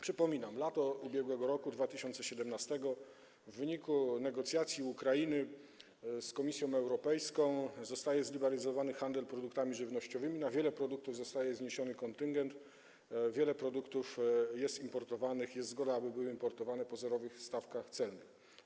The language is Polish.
Przypominam, lato ubiegłego roku, czyli 2017 r. - w wyniku negocjacji Ukrainy z Komisją Europejską zostaje zliberalizowany handel produktami żywnościowymi, na wiele produktów zostaje zniesiony kontyngent, wiele produktów jest importowanych, jest zgoda, aby były importowane po zerowych stawkach celnych.